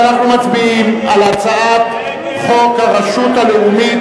אנחנו מצביעים על הצעת חוק הרשות הלאומית